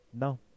No